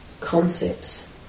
concepts